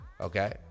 Okay